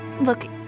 Look